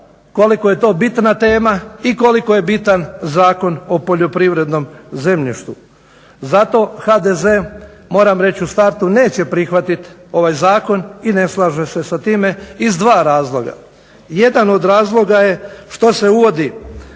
koliko je to bitna tema i koliko je bitan zakon o poljoprivrednom zemljištu. Zato HDZ moram reć u startu neće prihvatiti ovaj zakon i ne slaže se sa time iz dva razloga. Jedan od razloga je što se uvodi